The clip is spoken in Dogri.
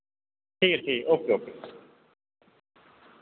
ठीक ऐ ठीक ऐ ओके ओके